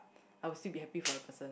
I'll still be happy for the person